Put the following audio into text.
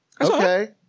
Okay